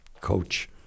coach